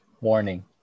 Warning